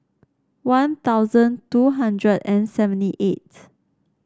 One Thousand two hundred and seventy eight